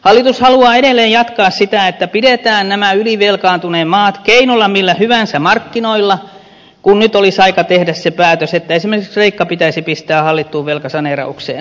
hallitus haluaa edelleen jatkaa sitä että pidetään nämä ylivelkaantuneet maat keinolla millä hyvänsä markkinoilla kun nyt olisi aika tehdä se päätös että esimerkiksi kreikka pitäisi pistää hallittuun velkasaneeraukseen